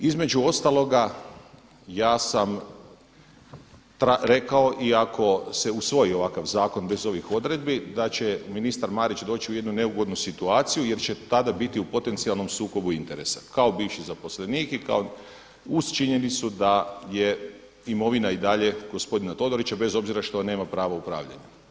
Između ostaloga ja sam rekao i ako se usvoji ovakav zakon bez ovih odredbi da će ministar Marić doći u jednu neugodnu situaciju jer će tada biti u potencijalnom sukobu interesa kao bivši zaposlenik i kao uz činjenicu da je imovina i dalje gospodina Todorića bez obzira što nema pravo upravljanja.